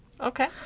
Okay